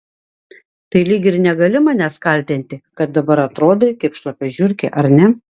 tai lyg ir negali manęs kaltinti kad dabar atrodai kaip šlapia žiurkė ar ne